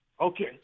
Okay